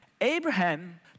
Abraham